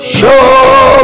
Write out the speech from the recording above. Show